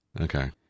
Okay